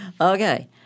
Okay